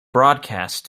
broadcast